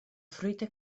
fruita